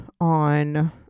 on